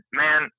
man